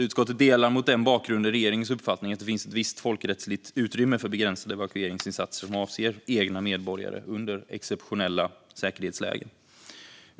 Utskottet delar mot den bakgrunden regeringens uppfattning att det finns ett visst folkrättsligt utrymme för begränsade evakueringsinsatser som avser egna medborgare vid exceptionella säkerhetslägen.